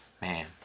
man